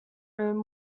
room